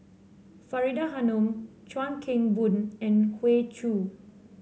Faridah Hanum Chuan Keng Boon and Hoey Choo